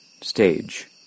stage